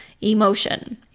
emotion